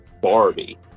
Barbie